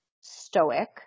stoic